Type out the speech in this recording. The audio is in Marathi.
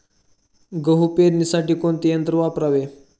गहू पेरणीसाठी कोणते यंत्र वापरावे?